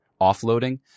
offloading